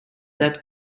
that